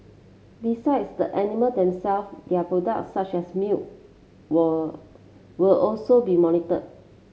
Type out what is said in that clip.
besides the animal themselves their product such as milk were will also be monitored